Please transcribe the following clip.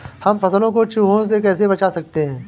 हम फसलों को चूहों से कैसे बचा सकते हैं?